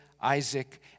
Isaac